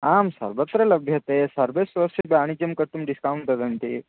आं सर्वत्र लभ्यते सर्वेषु वर्षे वाणिज्यं कर्तुं डिस्कौण्ट् ददति